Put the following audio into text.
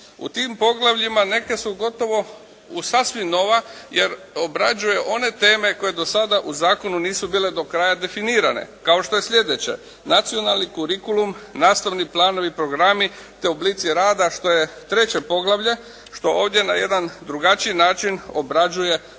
U tim poglavljima neke su gotovo sasvim nova jer obrađuje one teme koje do sada u zakonu nisu bile do kraja definirane, kao što je slijedeće nacionalni kurikulum, nastavni planovi i programi te oblici rada što je treće poglavlje što ovdje na jedan drugačiji način obrađuje tu temu.